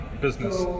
business